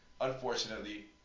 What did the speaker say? Unfortunately